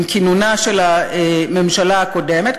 עם כינונה של הממשלה הקודמת.